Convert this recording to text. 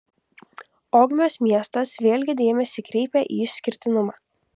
ogmios miestas vėlgi dėmesį kreipia į išskirtinumą